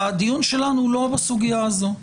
הדיון שלנו אינו בסוגיה הזו.